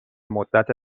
مدت